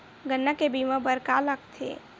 गन्ना के बीमा बर का का लगथे?